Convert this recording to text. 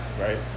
Right